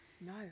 No